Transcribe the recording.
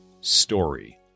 story